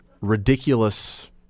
ridiculous